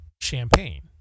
champagne